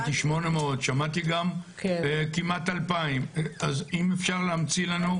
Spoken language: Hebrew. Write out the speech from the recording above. שעמתי 800. שמעתי גם כמעט 2,000. אז אם אפשר להמציא את המספר,